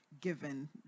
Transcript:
given